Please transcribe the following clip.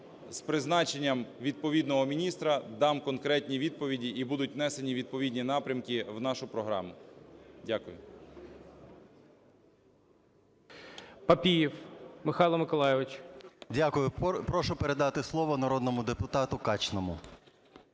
З призначенням відповідного міністра дам конкретні відповіді і будуть внесені відповідні напрямки в нашу програму. Дякую.